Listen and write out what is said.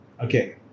Okay